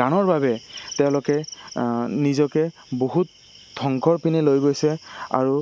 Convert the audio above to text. গানৰ বাবে তেওঁলোকে নিজকে বহুত ধ্বংসৰ পিনে লৈ গৈছে আৰু